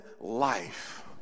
life